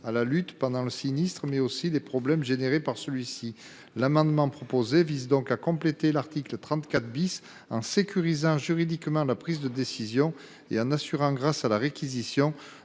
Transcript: à la lutte pendant le sinistre mais aussi des problèmes générés par celui-ci. L'amendement proposé vise donc à compléter l'article 34 bis hein, sécurisant juridiquement la prise de décision et en assurant grâce à la réquisition